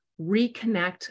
reconnect